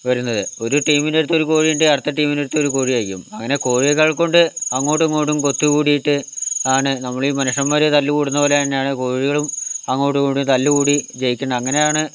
വരുന്നത് ഒരു ടീമിനാത്ത് ഒരു കോഴിയുണ്ട് അടുത്ത ടീമിനാത്ത് അടുത്ത കോഴിയായിരിക്കും അങ്ങനെ കോഴികൾ കൊണ്ട് അങ്ങോട്ടും ഇങ്ങോട്ടും കൊത്ത് കൂടീട്ടാണ് നമ്മളീ മനുഷ്യമ്മാര് തല്ലുകൂടുന്ന പോലെതന്നെയാണ് കോഴികളും അങ്ങോട്ടും ഇങ്ങോട്ടും തല്ലു കൂടി ജയിക്കുന്നെ അങ്ങനെയാണ്